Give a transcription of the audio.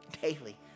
Daily